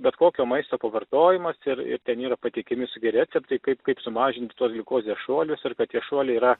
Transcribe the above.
bet kokio maisto pavartojimas ir ir ten yra pateikiami visokie receptai kaip kaip sumažinti tuos gliukozės šuolius ir kad tie šuoliai yra